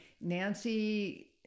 Nancy